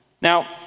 Now